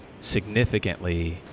significantly